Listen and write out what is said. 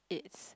it's